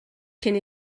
cyn